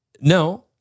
No